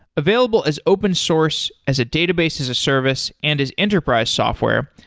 available as open source as a database as a service and as enterprise software,